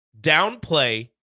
downplay